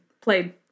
played